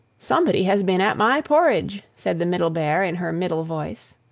somebody has been at my porridge! said the middle bear, in her middle voice.